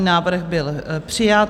Návrh byl přijat.